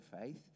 faith